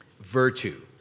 virtue